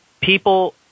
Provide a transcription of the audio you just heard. People